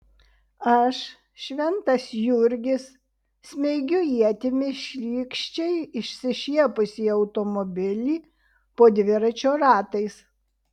aš šventas jurgis smeigiu ietimi šlykščiai išsišiepusį automobilį po dviračio ratais